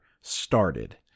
started